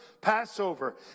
Passover